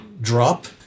drop